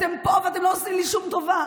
אתם פה, ואתם לא עושים לי שום טובה.